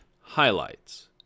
highlights